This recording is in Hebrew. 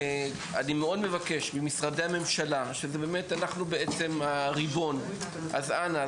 אני מאוד מבקש ממשרדי הממשלה שאנחנו בעצם הריבון אנא,